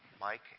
Mike